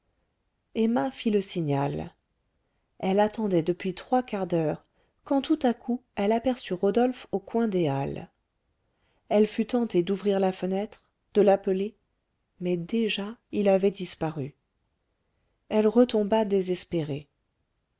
emma fit le signal elle attendait depuis trois quarts d'heure quand tout à coup elle aperçut rodolphe au coin des halles elle fut tentée d'ouvrir la fenêtre de l'appeler mais déjà il avait disparu elle retomba désespérée